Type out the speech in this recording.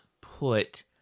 put